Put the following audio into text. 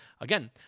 again